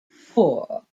four